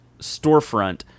storefront